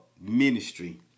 ministry